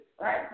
right